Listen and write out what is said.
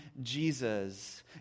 Jesus